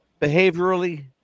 behaviorally